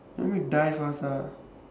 you want me to die fast ah